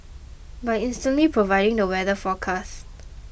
by instantly providing the weather forecast